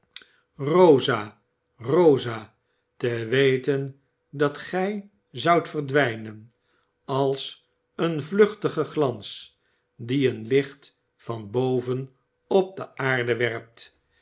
rosa rosa te weten dat gij zoudt verdwijnen als een vluchtige glans die een licht van boven op de aarde werpt